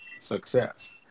success